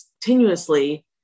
continuously